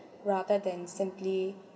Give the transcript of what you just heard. rather than simply